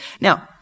Now